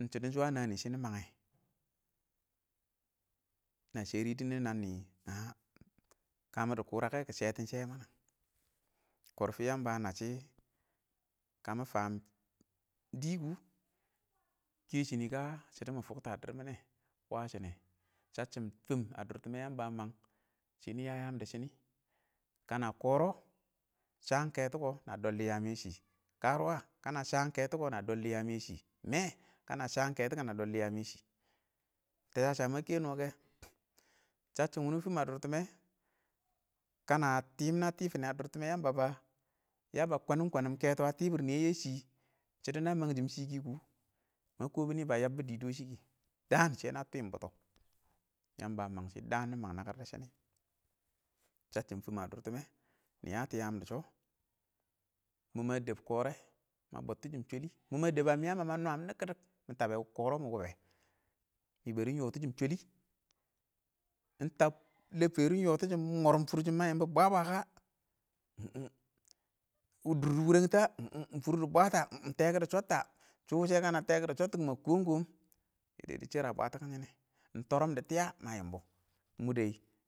Ing shɪdo sho a nani shini mange na sharido nɪ nanni ynə kamɪ dɪ kʊra kɛ kʊ kɪ shɛ tɪn shɛ yɛ mɔn kurfi ɪng yamba a na shɪ kamɪ faam dɪ kʊ kɛ shini kə shɪdo mɪn fokto a diir mɪn nɛ washine shasshim fimb a dʊr tɪmmɛ yamba a mang shini ya yaam dɪ shini kana kɔrɔ shain keto kʊ na dɔldɔ yaam yɛ shɪ kərʊwə, kana shan keto kʊ na na dɔldɔ yaam yɛ shi mɛɛh kana shan keto kʊ nana doldu yaam yɛ shɪ ing teya sha ma kɛ noke, shasshim wurʊ fung a dʊr tɪmmɛ kana tinati fom yɛ shɪ a dʊr tɪmmɛ yamba fə ya kwanim kwanim keto a tibir nɪyɛ yɛ shɪ shɪdo na mang shɪm shɪ kɪ kʊ ma kobu nɪ ba yabdu dɪ, dɔ shɪ kɪ daan shɛ nɛ tim buttɔ yamba a mang shɪ daan nɪ mang nakɪr dɪ shonɪ shasshim fim a dʊr tɪmmɛ niyatu yaan dɪ sho mʊ ma deb kore ma bottishim shwali mʊ ma deb a miya ma, ma nwan ɪng nɪkkɪdik mɪ tab bwəl kore mɪ wʊbɛ mɪ bərɪ yoti shɪm shwali ɪng tab laferin ɪng yɔtɪshɪn ing mwərɪm furshɪn ma yɪmbʊ bwa-bwa ka ing dʊr dɪ wurete, ɪng fʊr dɪ bwatə, ingteku dɪ shottə shuwishɛ kana ingteko dɪ shottu na na ma koom koom shdɔ dɪ shəri a bwantʊkun shine ingtorim dɪ tiya ma yɪmb mɔ dɛ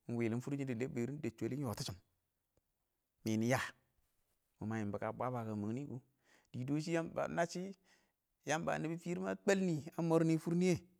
ɪng willim forshin dɪ lanferi ɪng dem shwali ɪng yoti shɪm mini ya, mʊ mə yɪmbɔɪng kə bwa bwa kashɪ mang nɪ kʊ, a dɪɪ dɔshɪ yamba ba na shɪ yamba nɪbɪ firim a twalni a mornɪ fʊrnɪyɛ.